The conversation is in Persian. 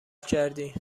کردی